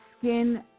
skin